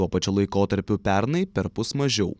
tuo pačiu laikotarpiu pernai perpus mažiau